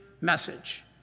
message